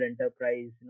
enterprise